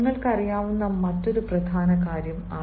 ഇപ്പോൾ നിങ്ങൾക്കറിയാവുന്ന മറ്റൊരു പ്രധാന കാര്യം